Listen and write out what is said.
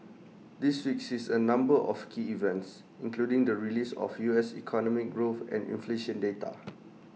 this week sees A number of key events including the release of U S economic growth and inflation data